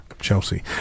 Chelsea